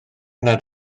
nad